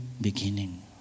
beginning